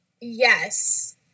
Yes